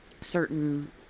certain